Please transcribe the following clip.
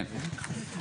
כן,